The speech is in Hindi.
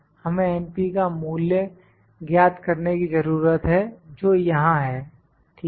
हमें का मूल्य ज्ञात करने की जरूरत है जो यहां है ठीक है